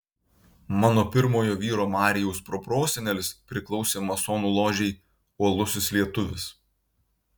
mano pirmojo vyro marijaus proprosenelis priklausė masonų ložei uolusis lietuvis